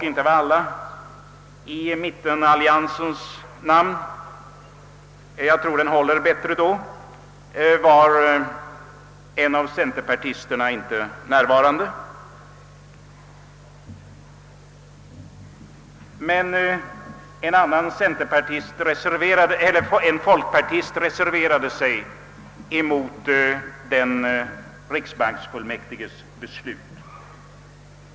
I mittenalliansens namn — jag tror den håller bättre då — var en av centerpartisterna inte närvarande, men en folk partist reserverade sig mot riksbanksfullmäktiges beslut.